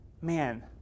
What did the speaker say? man